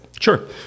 Sure